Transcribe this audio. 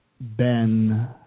Ben